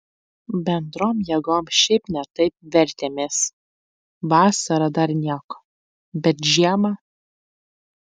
bendrom jėgom šiaip ne taip vertėmės vasarą dar nieko bet žiemą